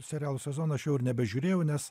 serialo sezono aš jau ir nebežiūrėjau nes